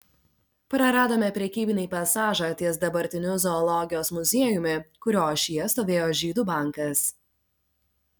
praradome prekybinį pasažą ties dabartiniu zoologijos muziejumi kurio ašyje stovėjo žydų bankas